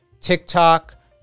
TikTok